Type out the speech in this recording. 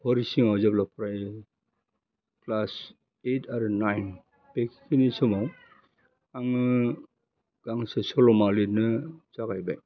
हरिसिङाव जेब्ला फरायो class eight आरो नाइन बेखिनि समाव आङो गांसे सल'मा लिरनो जागायबाय